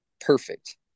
perfect